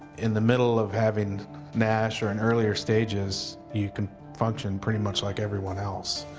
in the middle of having nash or in earlier stages you can function pretty much like everyone else